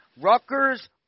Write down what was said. Rutgers